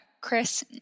Chris